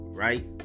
Right